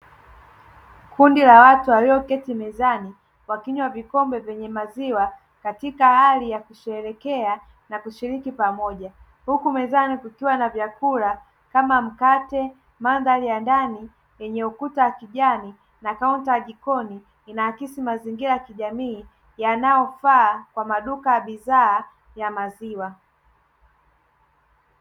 Kundi la watu walioketi mezani, wakinywa vikombe vyenye maziwa katika hali ya kusherehekea na kushiriki pamoja. Huku mezani kukiwa na vyakula kama mkate. Mandhari ya ndani yenye ukuta wa kijani na kaunta ya jikoni, inaakisi mazingira ya kijamii yanayofaa kwa maduka ya bidhaa ya maziwa.